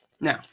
Now